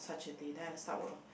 such a day then I start work loh